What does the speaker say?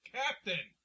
captain